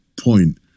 point